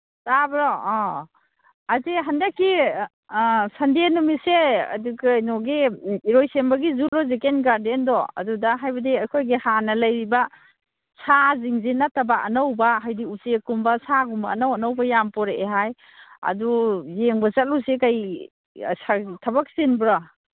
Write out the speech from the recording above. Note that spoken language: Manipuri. ꯇꯥꯕ꯭ꯔꯣ ꯑꯧ ꯑꯁꯤ ꯍꯟꯗꯛꯀꯤ ꯁꯟꯗꯦ ꯅꯨꯃꯤꯠꯁꯦ ꯑꯗꯨ ꯀꯩꯅꯣꯒꯤ ꯏꯔꯣꯏꯁꯦꯝꯕꯒꯤ ꯖꯨꯂꯣꯖꯤꯀꯦꯜ ꯒꯥꯔꯗꯦꯟꯗꯣ ꯑꯗꯨꯗ ꯍꯥꯏꯕꯗꯤ ꯑꯩꯈꯣꯏꯒꯤ ꯍꯥꯟꯅ ꯂꯩꯔꯤꯕ ꯁꯥꯁꯤꯡꯁꯤ ꯅꯠꯇꯕ ꯑꯅꯧꯕ ꯍꯥꯏꯗꯤ ꯎꯆꯦꯛꯀꯨꯝꯕ ꯁꯥꯒꯨꯝꯕ ꯑꯅꯧ ꯑꯅꯧꯕ ꯌꯥꯝ ꯄꯣꯔꯛꯑꯦ ꯍꯥꯏ ꯑꯗꯨ ꯌꯦꯡꯕ ꯆꯠꯂꯨꯁꯤ ꯀꯔꯤ ꯊꯕꯛ ꯆꯤꯟꯕ꯭ꯔꯣ